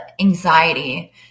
anxiety